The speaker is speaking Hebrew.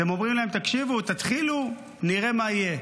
אתם אומרים להם: תקשיבו, תתחילו, נראה מה יהיה.